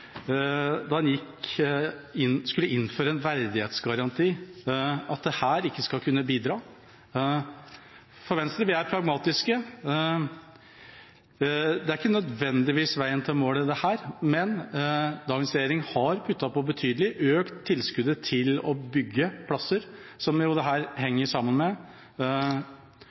da en selv skulle innføre en verdighetsgaranti, at dette ikke skal kunne bidra. Venstre er pragmatiske. Dette er ikke nødvendigvis veien til målet, men dagens regjering har puttet på betydelig, økt tilskuddet til å bygge plasser, som dette henger sammen med,